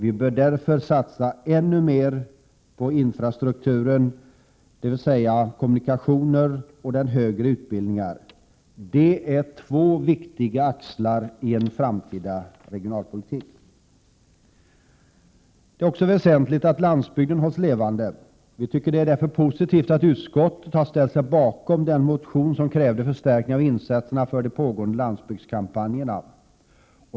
Vi bör därför satsa ännu mer på infrastrukturen, dvs. på kommunikationer och högre utbildning. Det är två viktiga axlar i en framtida regionalpolitik. Det är också väsentligt att landsbygden hålls levande. Vi tycker således att det är positivt att utskottet ställer sig bakom den motion där man kräver en förstärkning av insatserna för de pågående landsbygdskampanjerna.